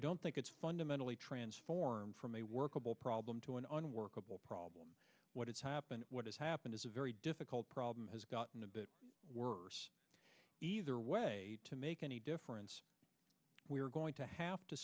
don't think it's fundamentally transformed from a workable problem to an unworkable problem what has happened what has happened is a very difficult problem has gotten a bit worse either way to make any difference we are going to have to